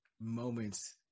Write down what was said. moments